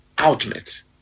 Ultimate